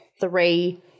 three